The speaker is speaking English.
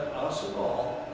us at all.